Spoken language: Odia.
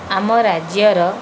ଆମ ରାଜ୍ୟର